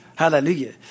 Hallelujah